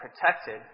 protected